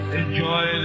enjoy